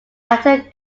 actor